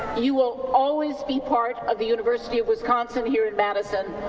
you will always be part of the university of wisconsin here in madison,